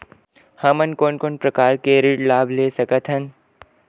हमन कोन कोन प्रकार के ऋण लाभ ले सकत हन?